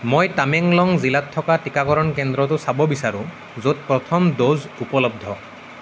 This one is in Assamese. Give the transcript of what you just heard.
মই টামেংলং জিলাত থকা টীকাকৰণ কেন্দ্ৰটো চাব বিচাৰোঁ য'ত প্ৰথম ড'জ উপলব্ধ